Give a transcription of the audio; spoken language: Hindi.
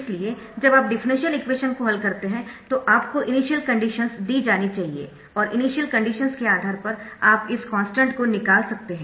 इसलिए जब आप डिफरेंशियल इक्वेशन को हल करते है तो आपको इनिशियल कंडीशन्स दी जानी चाहिए और इनिशियल कंडीशन्स के आधार पर आप इस कॉन्स्टन्ट को निकाल सकते है